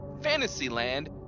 Fantasyland